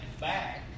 back